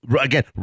again